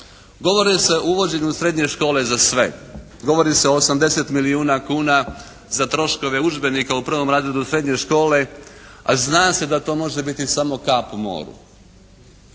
Govori se o uvođenju srednje škole za sve. Govori se o 80 milijuna kuna za troškove udžbenika u prvom razredu srednje škole, a zna se da to može biti samo kap u moru.